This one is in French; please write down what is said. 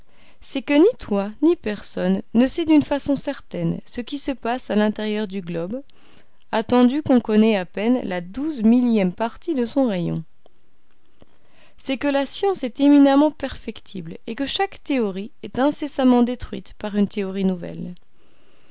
c'est que ni toi ni personne ne sait d'une façon certaine ce qui se passe à l'intérieur du globe attendu qu'on connaît à peine la douze millième partie de son rayon c'est que la science est éminemment perfectible et que chaque théorie est incessamment détruite par une théorie nouvelle